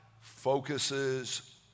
focuses